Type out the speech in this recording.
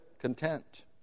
Content